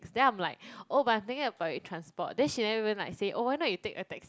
then I'm like oh but I'm taking a public transport then she never even like say oh why not you take a taxi